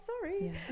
sorry